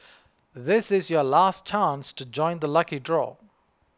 this is your last chance to join the lucky draw